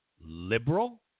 liberal